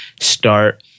start